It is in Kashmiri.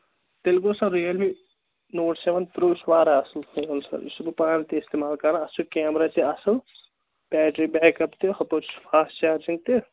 تیٚلہِ گوٚو sir Realme note seven pro چھُ واراہ اَصٕل فون سَر یُس چھُس بہٕ پانہٕ تہِ اِستعمال کَرَان اَتھ چھُ کیمرا تہِ اَصٕل بیٹری بیک اَپ تہِ ہُپٲرۍ چھُ فاسٹ چارجِنٛگ تہِ